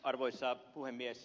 arvoisa puhemies